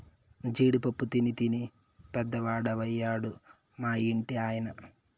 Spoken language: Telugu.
జీడి పప్పు తినీ తినీ పెద్దవాడయ్యాడు మా ఇంటి ఆయన